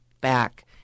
back